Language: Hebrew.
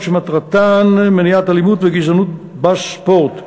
שמטרתם מניעת אלימות וגזענות בספורט: